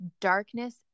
darkness